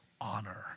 honor